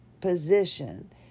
position